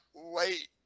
late